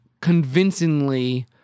convincingly